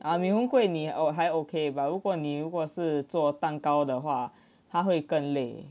ah mee hoon kueh 你啊你还 ok but 如果你如果是做蛋糕的话他会更累